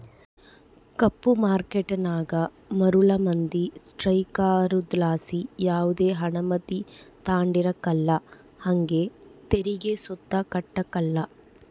ಕಪ್ಪು ಮಾರ್ಕೇಟನಾಗ ಮರುಳು ಮಂದಿ ಸೃಕಾರುದ್ಲಾಸಿ ಯಾವ್ದೆ ಅನುಮತಿ ತಾಂಡಿರಕಲ್ಲ ಹಂಗೆ ತೆರಿಗೆ ಸುತ ಕಟ್ಟಕಲ್ಲ